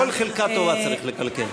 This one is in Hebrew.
פשוט כל חלקה טובה צריך לקלקל.